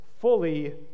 fully